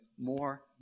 more